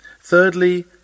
Thirdly